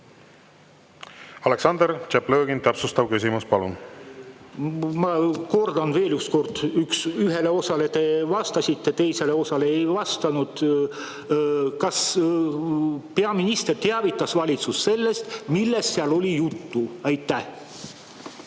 Aleksandr Tšaplõgin, täpsustav küsimus, palun! Ma kordan veel üks kord. Ühele osale te vastasite, teisele osale ei vastanud. Kas peaminister teavitas valitsust sellest, millest seal juttu oli?